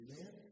Amen